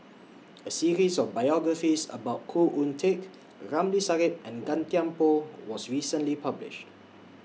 A series of biographies about Khoo Oon Teik Ramli Sarip and Gan Thiam Poh was recently published